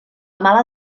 mala